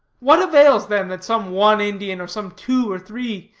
what avails, then, that some one indian, or some two or three,